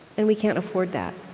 and we can't afford that.